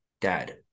dad